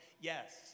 Yes